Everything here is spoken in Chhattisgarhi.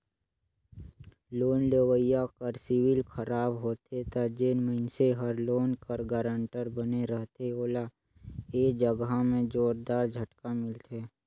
लोन लेवइया कर सिविल खराब होथे ता जेन मइनसे हर लोन कर गारंटर बने रहथे ओला ए जगहा में जोरदार झटका मिलथे